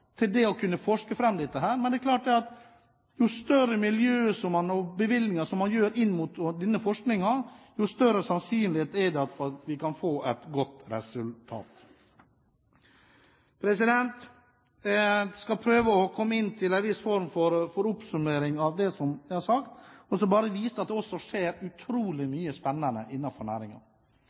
forske fram dette her. Men det er klart at jo større bevilgninger man gir denne forskningen, jo større sannsynlighet er det for at vi kan få et godt resultat. Jeg skal prøve å komme med en viss form for oppsummering av det jeg har sagt, og vise til at det også skjer utrolig mye spennende innenfor næringen.